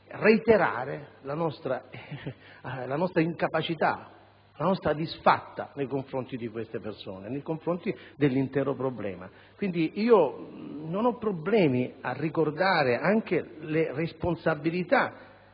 reiterare la nostra incapacità, la nostra disfatta nei confronti di queste persone e dell'intero problema. Non ho difficoltà a ricordare anche le responsabilità